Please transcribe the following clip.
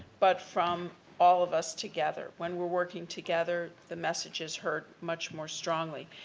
but from all of us together. when we're working together the message is heard much more strongly.